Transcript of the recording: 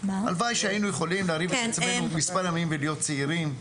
הלוואי והיינו יכולים להרעיב את עצמנו מספר ימים ולהיות צעירים.